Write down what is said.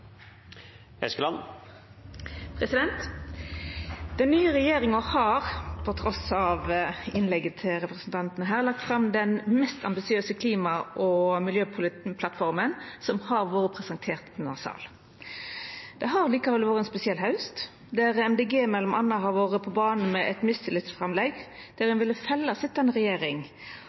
forhandlinger. Den nye regjeringa har – trass i innlegget til representanten her – lagt fram den mest ambisiøse klima- og miljøplattforma som har vore presentert i denne salen. Det har likevel vore ein spesiell haust, der Miljøpartiet Dei Grøne m.a. har vore på banen med eit mistillitsframlegg, der ein ville fella